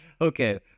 Okay